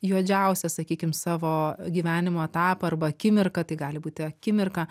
juodžiausią sakykim savo gyvenimo etapą arba akimirką tai gali būti akimirka